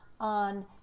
on